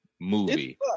Movie